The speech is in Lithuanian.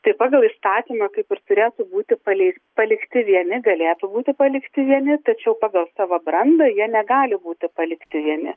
tai pagal įstatymą kaip ir turėtų būti palei palikti vieni galėtų būti palikti vieni tačiau pagal savo brandą jie negali būti palikti vieni